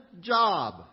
job